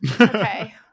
Okay